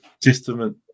testament